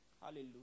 Hallelujah